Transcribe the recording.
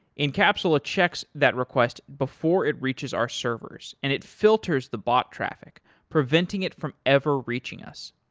incapsula checks that request before it reaches our servers and it filters the bot traffic preventing it from ever reaching us.